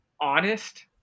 honest